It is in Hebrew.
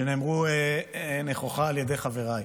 שנאמרו נכוחה על ידי חבריי.